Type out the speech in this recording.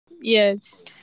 Yes